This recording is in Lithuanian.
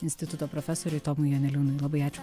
instituto profesoriui tomui janeliūnui labai ačiū